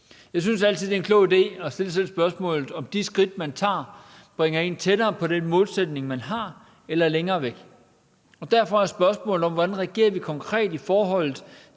Jeg synes altid, det er en klog idé at stille sig selv spørgsmålet, om de skridt, man tager, bringer en tættere på den målsætning, man har, eller længere væk. Derfor er spørgsmålet om, hvordan vi konkret reagerer i forholdet til